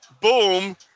boom